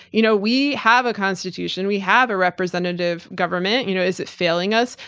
you know, we have a constitution, we have a representative government, you know is it failing us?